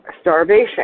starvation